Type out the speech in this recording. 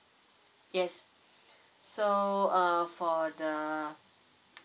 yes so uh for the